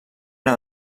era